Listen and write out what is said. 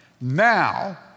now